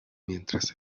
mientras